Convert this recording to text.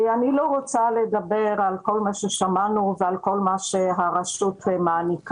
אני לא רוצה לדבר על כל מה ששמענו ועל כל מה שהרשות מעניקה,